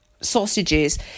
sausages